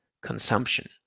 consumption